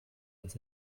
das